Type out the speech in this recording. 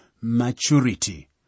maturity